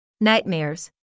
Nightmares